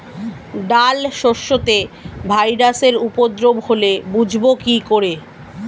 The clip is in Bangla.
ডাল শস্যতে ভাইরাসের উপদ্রব হলে বুঝবো কি করে?